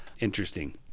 interesting